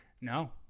No